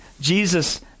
Jesus